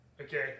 Okay